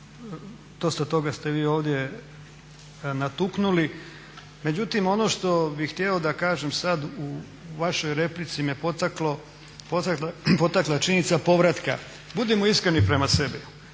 dosta toga ste vi ovdje natuknuli, međutim ono što bih htjeo da kažem sad u vašoj replici me potakla činjenica povratka. Budimo iskreni prema sebi.